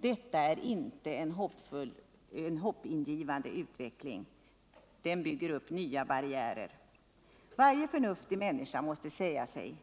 Detta är inte en hoppingivande utveckling. Den bygger upp nya barriärer. Varje förnuftig människa måste säga sig